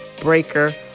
Breaker